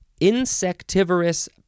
insectivorous